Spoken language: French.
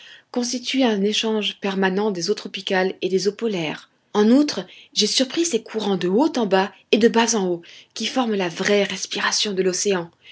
constitue un échange permanent des eaux tropicales et des eaux polaires en outre j'ai surpris ces courants de haut en bas et de bas en haut qui forment la vraie respiration de l'océan